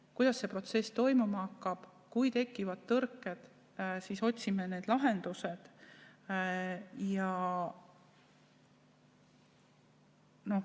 kuidas see protsess toimuma hakkab. Kui tekivad tõrked, siis otsime lahendused. Minu